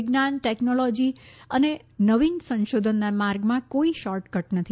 વિજ્ઞાન ટેકનોલોજી અને નવીન સંશોધનના માર્ગમાં કોઈ શોર્ટકટ નથી